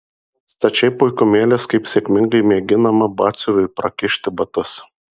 stačiai puikumėlis kaip sėkmingai mėginama batsiuviui prakišti batus